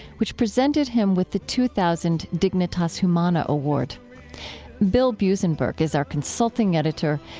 which presented him with the two thousand dignitas humana award bill buzenberg is our consulting editor.